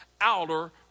outer